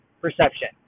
perception